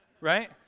right